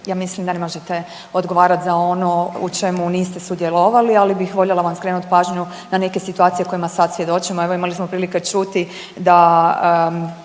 ja mislim da ne možete odgovarati za ono u čemu niste sudjelovali, ali bih voljela vam skrenuti pažnju na neke situacije kojima sad svjedočimo. Evo imali smo prilike čuti da